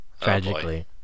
Tragically